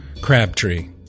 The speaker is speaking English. Crabtree